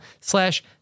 slash